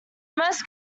most